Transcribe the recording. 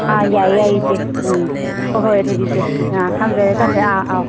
ꯑꯥ ꯌꯥꯏꯌꯦ ꯌꯥꯏꯌꯦ ꯏꯆꯦ ꯎꯝ ꯍꯣꯏ ꯍꯣꯏ ꯑꯗꯨꯗꯤ ꯏꯆꯦ ꯑꯥ ꯊꯝꯖꯔꯦ ꯊꯝꯖꯔꯦ ꯑꯥ ꯑꯥꯎ